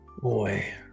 Boy